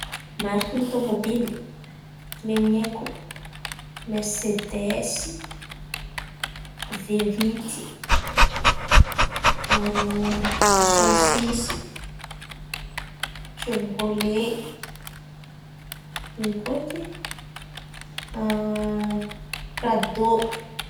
Marikiny tômôbily lainy haiko: merisedesy, Veoity, desensisy, sevirôle ino koa eky e pirado.